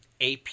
AP